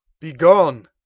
Begone